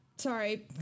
Sorry